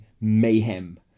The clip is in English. mayhem